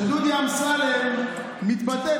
כשדודי אמסלם מתבטא,